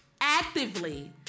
actively